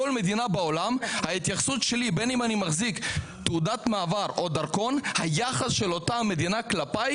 בכלוב בעולם הגלובלי ולהכריח אותם לשהות פה 70% מהזמן,